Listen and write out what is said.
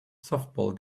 softball